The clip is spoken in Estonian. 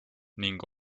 ning